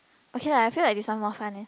okay lah I feel like this one more fun eh